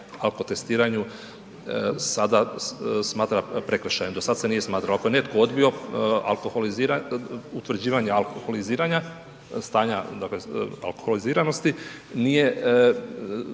alkotestiranju sada smatra prekršajem. Do sad se nije smatralo, ako je netko odbio utvrđivanje alkoholiziranja, stanja dakle alkoholiziranosti, nije snosio